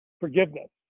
forgiveness